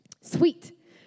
Sweet